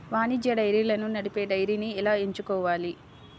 వాణిజ్య డైరీలను నడిపే డైరీని ఎలా ఎంచుకోవాలి?